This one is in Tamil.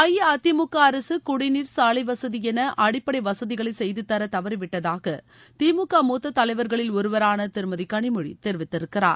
அஇஅதிமுக அரசு குடிநீர் சாலை வசதி என அடிப்படை வசதிகளை செய்து தர தவறி விட்டதாக திமுக மூத்த தலைவர்களில் ஒருவரான திருமதி களிமொழி தெரிவித்திருக்கிறார்